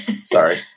sorry